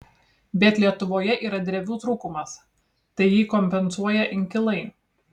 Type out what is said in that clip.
bet lietuvoje yra drevių trūkumas tai jį kompensuoja inkilai